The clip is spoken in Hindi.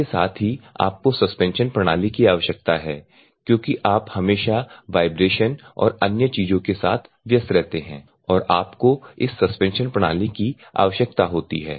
इसके साथ ही आपको सस्पेंशन प्रणाली की आवश्यकता है क्योंकि आप हमेशा वाइब्रेशन और अन्य चीजों के साथ व्यस्त रहते हैं और आपको इस सस्पेंशन प्रणाली की आवश्यकता होती है